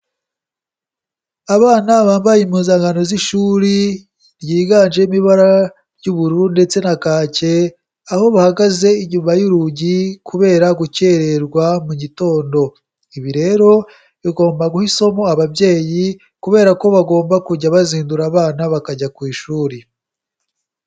Abana bambaye impuzankano z'ishuri ryiganjemo ibara ry'ubururu ndetse na kake, aho bahagaze inyuma y'urugi kubera gukererwa mu gitondo. Ibi rero bigomba guha isomo ababyeyi, kubera ko bagomba kujya bazindura abana bakajya ku ishuri.